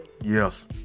Yes